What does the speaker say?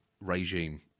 regime